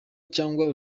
cyangwa